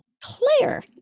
claire